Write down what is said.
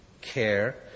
care